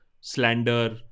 slander